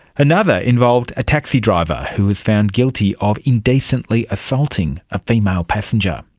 another involved a taxi driver who was found guilty of indecently assaulting a female passenger.